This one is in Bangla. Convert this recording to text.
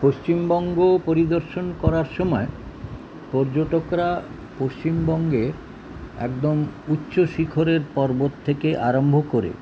পশ্চিমবঙ্গ পরিদর্শন করার সময় পর্যটকরা পশ্চিমবঙ্গে একদম উচ্চ শিখরের পর্বত থেকে আরম্ভ করে